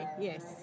yes